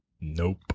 nope